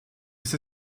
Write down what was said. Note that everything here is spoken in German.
ist